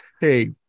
hey